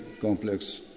complex